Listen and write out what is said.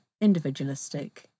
individualistic